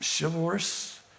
chivalrous